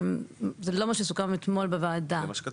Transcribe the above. זהו לא מה שסוכם אתמול בוועדה.